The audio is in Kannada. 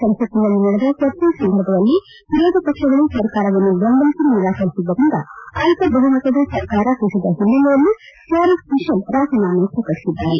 ಸಂಸತ್ತಿನಲ್ಲಿ ನಡೆದ ಚರ್ಚೆ ಸಂದರ್ಭದಲ್ಲಿ ವಿರೋಧಪಕ್ಷಗಳು ಸರ್ಕಾರವನ್ನು ಬೆಂಬಲಿಸಲು ನಿರಾಕರಿಸಿದ್ದರಿಂದ ಅಲ್ಲ ಬಹುಮತದ ಸರ್ಕಾರ ಕುಸಿದ ಹಿನ್ನೆಲೆಯಲ್ಲಿ ಚಾರ್ಲ್ಸ್ ಮಿಶಲ್ ರಾಜೀನಾಮೆ ಪ್ರಕಟಿಸಿದ್ದಾರೆ